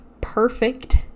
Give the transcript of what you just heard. perfect